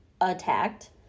attacked